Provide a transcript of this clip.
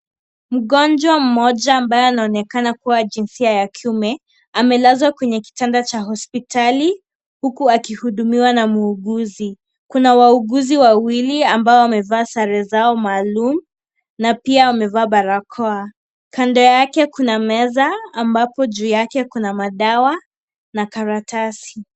Mgonjwa mmoja ambaye anaonekana kua jinsia ya kiume, amelazwa kwenye kitanda cha hospitali, huku akihudumiwa na muuguzi. Kuna wauguzi wawili ambao wamevaa sare zao maalum, na pia wamevaa barakoa. Kando yake kuna meza, ambapo juu yake kuna madawa na karatasi.